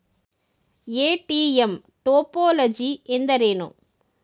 ATM topology ಎಂದರೇನು?